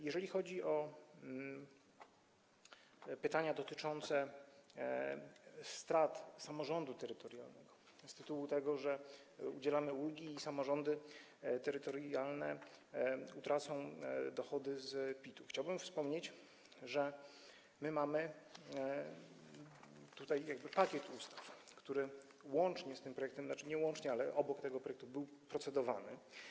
Jeżeli chodzi o pytania dotyczące strat samorządu terytorialnego z tego tytułu, że udzielamy ulgi i samorządy terytorialne utracą dochody z PIT-u, to chciałbym wspomnieć, że mamy pakiet ustaw, który łącznie z tym projektem - znaczy nie łącznie, ale obok tego projektu - był procedowany.